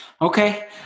Okay